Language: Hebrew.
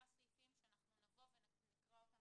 שנקרא אותם